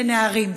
לנערים.